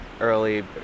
early